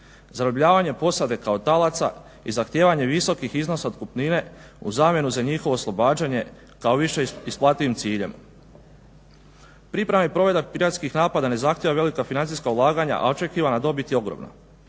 zarobljavanje posade kao talaca i zahtijevanje visokih iznosa otkupnine u zamjenu za njihovo oslobađanje kao više isplativim ciljem. Pripravni …/Ne razumije se./… piratskih napada ne zahtijeva velika financijska ulaganja, a očekivana dobit je ogromna